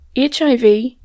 hiv